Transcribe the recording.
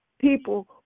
people